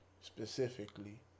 specifically